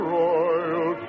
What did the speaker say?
royal